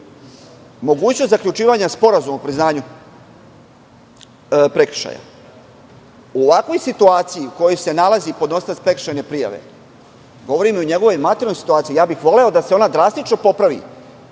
mogućnost zaključivanja sporazuma o priznanju prekršaja u ovakvoj situaciji u kojoj se nalazi podnosilac prekršajne prijave, govorim i o njegovoj materijalnoj situaciji, voleo bih da se ona drastično popravi,